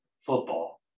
football